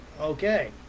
okay